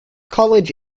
college